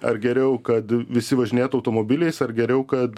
ar geriau kad visi važinėtų automobiliais ar geriau kad